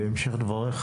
בהמשך לדבריך,